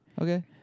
Okay